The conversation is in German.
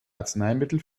arzneimittel